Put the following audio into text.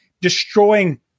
destroying